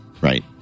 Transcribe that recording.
Right